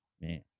Man